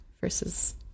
versus